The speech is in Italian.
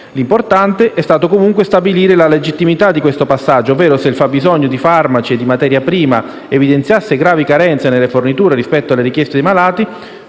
L'importante è stato comunque stabilire la legittimità di questo passaggio, ovvero se il fabbisogno di farmaci e di materia prima evidenziasse gravi carenze nelle forniture rispetto alle richieste dei malati,